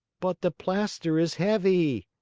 but the plaster is heavy,